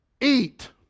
eat